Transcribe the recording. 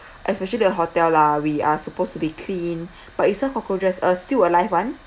especially the hotel lah we are supposed to be clean but is those cockroaches uh still alive one